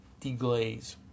deglaze